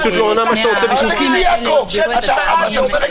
התקיימו אצל היועץ המשפטי לממשלה,